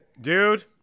Dude